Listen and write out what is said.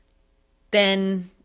then